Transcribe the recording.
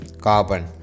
carbon